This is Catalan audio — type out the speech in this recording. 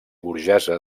burgesa